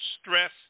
stress